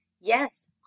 yes